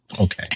okay